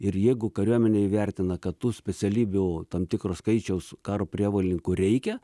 ir jeigu kariuomenė įvertina kad tų specialybių tam tikro skaičiaus karo prievolininkų reikia